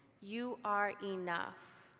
you are enough.